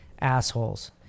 assholes